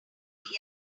could